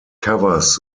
covers